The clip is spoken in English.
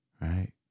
Right